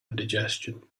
indigestion